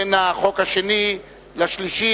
בין החוק השני לחוק השלישי,